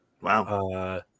Wow